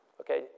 Okay